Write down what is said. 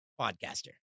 podcaster